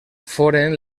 foren